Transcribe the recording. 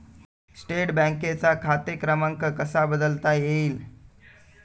State बँकेचा खाते क्रमांक कसा बदलता येईल?